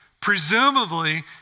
Presumably